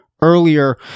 earlier